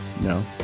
No